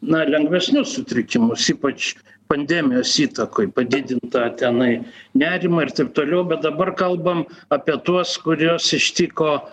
na lengvesnius sutrikimus ypač pandemijos įtakoj padidintą tenai nerimą ir taip toliau bet dabar kalbam apie tuos kuriuos ištiko